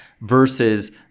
versus